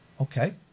okay